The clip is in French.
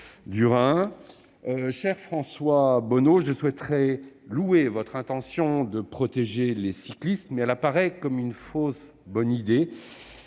travail. Cher François Bonneau, je souhaiterais louer votre intention de protéger les cyclistes, mais elle apparaît comme une fausse bonne idée